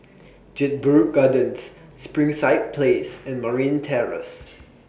Jedburgh Gardens Springside Place and Marine Terrace